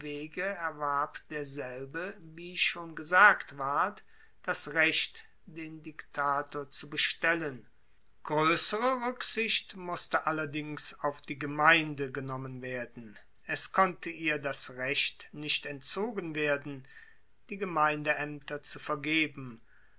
erwarb derselbe wie schon gesagt ward das recht den diktator zu bestellen groessere ruecksicht masste allerdings auf die gemeinde genommen werden es konnte ihr das recht nicht entzogen werden die gemeindeaemter zu vergeben